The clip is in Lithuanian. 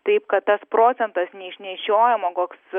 taip kad tas procentas neišnešiojamo koks